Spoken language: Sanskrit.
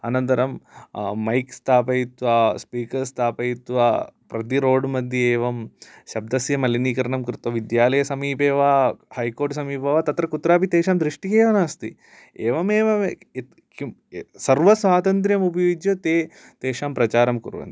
अनन्तरं मैक् स्थापयित्वा स्पीकर् स्थपयित्वा प्रति रोड् मध्ये एवं शब्दस्य मलिनीकरणं कृत्वा विद्यालयसमीपे वा हैकोर्ट् समीपे वा तत्र कुत्रापि तेषां दृष्टिः एव नास्ति एवमेव यत् किं सर्वस्वातन्त्र्यम् उपयुज्य ते तेषां प्रचारं कुर्वन्ति